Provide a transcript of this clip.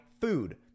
food